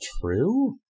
true